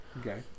Okay